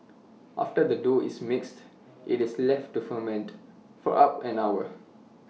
after the dough is mixed IT is left to ferment for up an hour